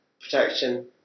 protection